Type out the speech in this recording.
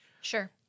Sure